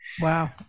Wow